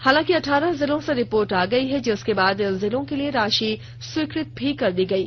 हालांकि अठारह जिलों से रिपोर्ट आ गयी है जिसके बाद इन जिलों के लिए राशि स्वीकृत भी कर दी गयी